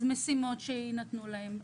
משימות שיינתנו להם.